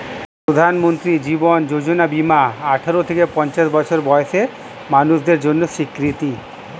প্রধানমন্ত্রী জীবন যোজনা বীমা আঠারো থেকে পঞ্চাশ বছর বয়সের মানুষদের জন্য স্বীকৃত